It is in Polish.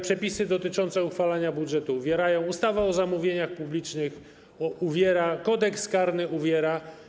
Przepisy dotyczące uchwalania budżetu uwierają, ustawa o zamówieniach publicznych uwiera, Kodeks karny uwiera.